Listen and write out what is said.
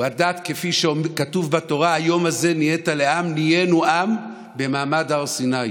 כפי שכתוב בתורה: "היום הזה נהיית לעם" נהיינו עם במעמד הר סיני.